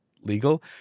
legal